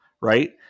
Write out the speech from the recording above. right